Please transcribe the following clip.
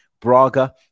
Braga